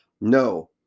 No